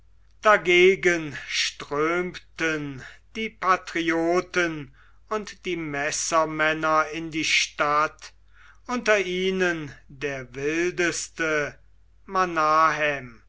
dagegen strömten die patrioten und die messermänner in die stadt unter ihnen der wildeste